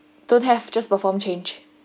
don't have just perform change